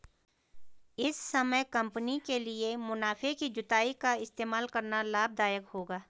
इस समय कंपनी के लिए मुनाफे की जुताई का इस्तेमाल करना लाभ दायक होगा